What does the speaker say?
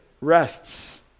rests